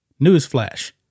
Newsflash